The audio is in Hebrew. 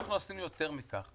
אנחנו עשינו יותר מכך.